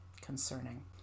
concerning